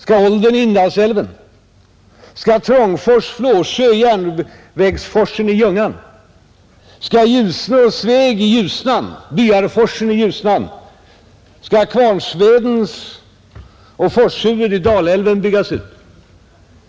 Skall Olden i Indalsälven, Trångfors, Flåsjö och Järnvägsforsen i Ljungan, skall Ljusne, Sveg och Byarforsen i Ljusnan, skall Kvarnsveden och Forshuvud i Dalälven byggas ut?